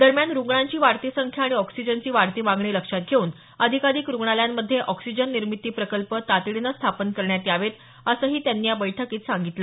दरम्यान रुग्णांची वाढती संख्या आणि ऑक्सिजनची वाढती मागणी लक्षात घेऊन अधिकाधिक रुग्णालयांमध्ये ऑक्सिजन निर्मिती प्रकल्प तातडीनं स्थापन करण्यात यावेत असंही त्यांनी या बैठकीत सांगितलं